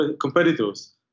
competitors